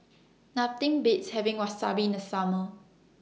Nothing Beats having Wasabi in The Summer